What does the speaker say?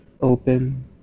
open